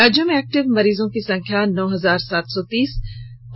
राज्य में एक्टिव मरीजों की संख्या नौ हजार सात सौ तीस है